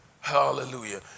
Hallelujah